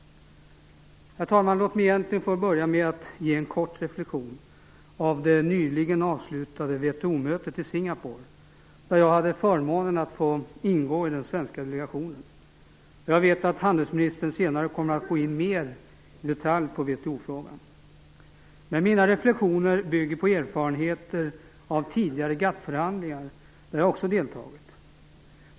Herr talman! Låt mig börja mitt egentliga anförande med att ge en kort reflexion kring det nyligen avslutade VHO-mötet i Singapore, där jag hade förmånen att få ingå i den svenska delegationen. Jag vet att handelsministern senare kommer att gå in mer i detalj på VHO-frågan. Mina reflexioner bygger på erfarenheter av tidigare GATT-förhandlingar, där jag också deltagit.